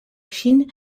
ŝin